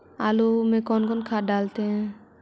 आलू में कौन कौन खाद डालते हैं?